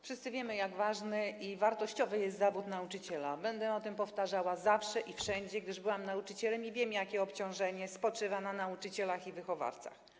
Wszyscy wiemy, jak ważny i wartościowy jest zawód nauczyciela, będę to powtarzała zawsze i wszędzie, gdyż byłam nauczycielem i wiem, jakie obciążenie spoczywa na nauczycielach i wychowawcach.